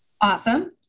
Awesome